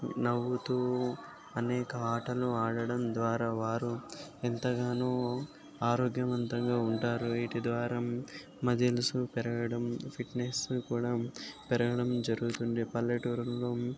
నవ్వుతు అనేక ఆటలు ఆడడం ద్వారా వారు ఎంతగానో ఆరోగ్యవంతంగా ఉంటారు వీటి ద్వారా మజిల్స్ పెరగడం ఫిట్నెస్ కూడా పెరగడం జరుగుతుంది పల్లెటూరులలో